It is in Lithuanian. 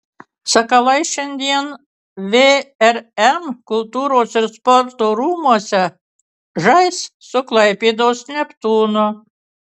sakalai šiandien vrm kultūros ir sporto rūmuose žais su klaipėdos neptūnu